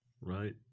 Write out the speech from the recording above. Right